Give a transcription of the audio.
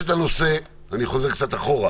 אני חוזר קצת אחורה.